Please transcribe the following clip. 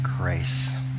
grace